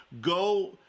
go